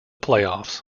playoffs